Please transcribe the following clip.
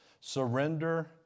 Surrender